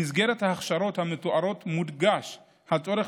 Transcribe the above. במסגרת ההכשרות המתוארות מודגש הצורך